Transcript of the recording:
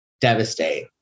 devastate